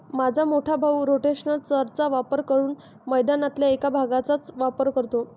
माझा मोठा भाऊ रोटेशनल चर चा वापर करून मैदानातल्या एक भागचाच वापर करतो